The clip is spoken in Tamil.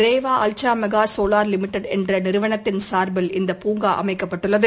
Rewa ultra mega solar limited என்ற நிறுவனத்தின் சார்பில் இந்த பூங்கா அமைக்கப்பட்டுள்ளது